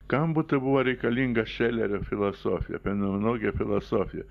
kam būtų buvę reikalinga šelerio filosofija paneologija filosofija